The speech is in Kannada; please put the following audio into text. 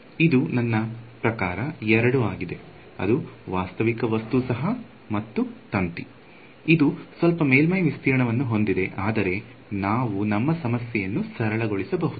ಇದು ನನ್ನ ಪ್ರಕಾರ ಎರಡು ಆಗಿದೆ ಅದು ವಾಸ್ತವಿಕ ವಸ್ತು ಸಹ ಮತ್ತು ತಂತಿ ಇದು ಸ್ವಲ್ಪ ಮೇಲ್ಮೈ ವಿಸ್ತೀರ್ಣವನ್ನು ಹೊಂದಿದೆ ಆದರೆ ನಾವು ನಮ್ಮ ಸಮಸ್ಯೆಯನ್ನು ಸರಳಗೊಳಿಸಬಹುದು